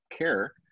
care